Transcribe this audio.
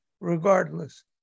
regardless